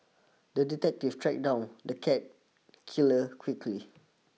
the detective tracked down the cat killer quickly